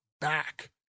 back